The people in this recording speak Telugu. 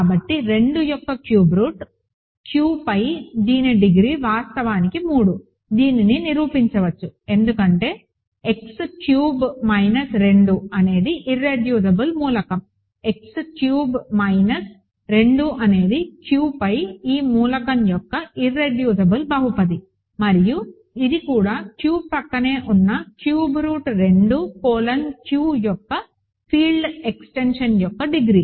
కాబట్టి 2 యొక్క క్యూబ్ రూట్ Q పై దీని డిగ్రీ వాస్తవానికి 3 దీనిని నిరూపించవచ్చు ఎందుకంటే x క్యూబ్డ్ మైనస్ 2 అనేది ఇర్రెడ్యూసిబుల్ మూలకం x క్యూబ్డ్ మైనస్ 2 అనేది Q పై ఈ మూలకం యొక్క ఇర్రెడ్యూసిబుల్ బహుపది మరియు ఇది కూడా Q ప్రక్కనే ఉన్న క్యూబ్ రూట్ 2 కోలన్ Q యొక్క ఫీల్డ్ ఎక్స్టెన్షన్ యొక్క డిగ్రీ